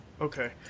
Okay